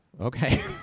okay